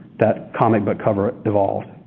that comic book cover evolved.